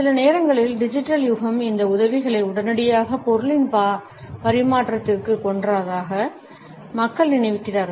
சில நேரங்களில் டிஜிட்டல் யுகம் இந்த உதவிகளை உடனடியாக பொருளின் பரிமாற்றத்திற்கு கொன்றதாக மக்கள் நினைக்கிறார்கள்